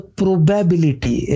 probability